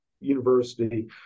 university